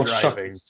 driving